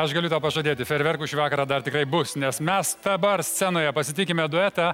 aš galiu tau pažadėti fejerverkų šį vakarą dar tikrai bus nes mes dabar scenoje pasitikime duetą